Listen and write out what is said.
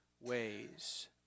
ways